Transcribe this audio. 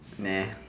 nah